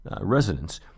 residents